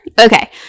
Okay